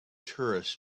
tourists